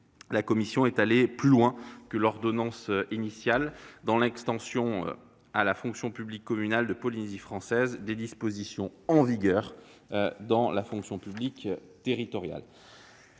la commission est allée plus loin que l'ordonnance initiale dans l'extension, à la fonction publique communale de Polynésie française, des dispositions en vigueur dans la fonction publique territoriale.